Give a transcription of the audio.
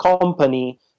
company